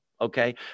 okay